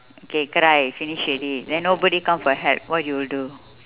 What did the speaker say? okay cry finish already then nobody come for help what you will do